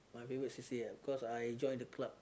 my favourite c_c_a ah cause I joined the club